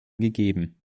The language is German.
gegeben